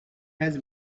has